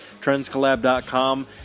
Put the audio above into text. trendscollab.com